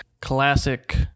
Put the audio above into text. classic